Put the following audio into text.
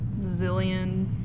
zillion